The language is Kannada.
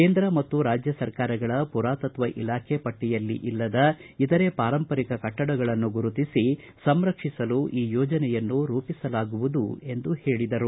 ಕೇಂದ್ರ ಮತ್ತು ರಾಜ್ಯ ಸರ್ಕಾರಗಳ ಪುರಾತತ್ವ ಇಲಾಖೆ ಪಟ್ಟಿಯಲ್ಲಿಲ್ಲದ ಇತರೆ ಪಾರಂಪರಿಕ ಕಟ್ಟಡಗಳನ್ನು ಗುರುತಿಸಿ ಸಂರಕ್ಷಿಸಲು ಈ ಯೋಜನೆಯನ್ನು ರೂಪಿಸಲಾಗುವುದೆಂದು ಹೇಳಿದರು